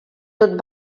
tot